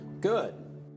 good